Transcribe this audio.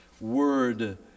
word